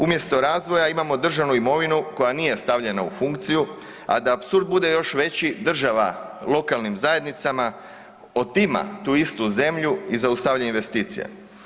Umjesto razvoja imamo državnu imovinu koja nije stavljena u funkciju, a da apsurd bude još veći, država lokalnim zajednicama otima tu istu zemlju i zaustavlja investicije.